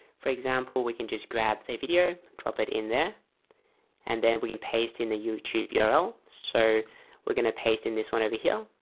for example, we can just grab a video drop it in there and then we can paste in the youtube yeah url. so we're gonna paste in this one over here.